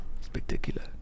Spectacular